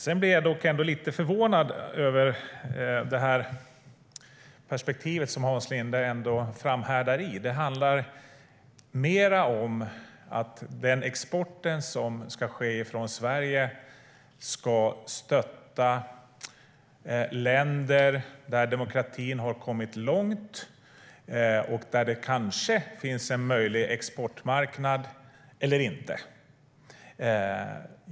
Jag blir dock ändå lite förvånad över det perspektiv som Hans Linde framhärdar i. Det handlar mer om att den export som ska ske från Sverige ska stötta länder där demokratin har kommit långt och där det kanske finns en möjlig exportmarknad eller inte.